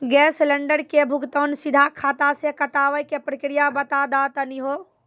Gas cylinder के भुगतान सीधा खाता से कटावे के प्रक्रिया बता दा तनी हो?